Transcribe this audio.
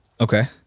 okay